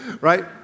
right